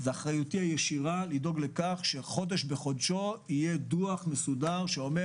זו אחריותי הישירה לדאוג לכך שחודש בחודשו יהיה דו"ח מסודר שאומר